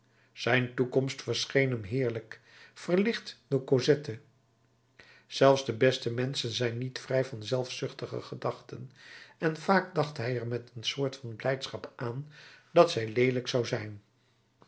zijn toekomst verscheen hem heerlijk verlicht door cosette zelfs de beste menschen zijn niet vrij van zelfzuchtige gedachten en vaak dacht hij er met een soort van blijdschap aan dat zij leelijk zou zijn